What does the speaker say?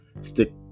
stick